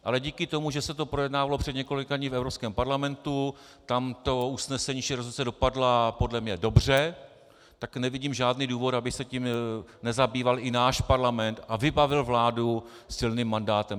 Ale díky tomu, že se to projednávalo před několika dny v Evropském parlamentu, tam to usnesení dopadlo podle mne dobře, tak nevidím žádný důvod, aby se tím nezabýval i náš parlament a nevybavil vládu silným mandátem.